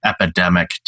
epidemic